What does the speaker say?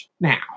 Now